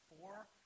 four